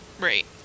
Right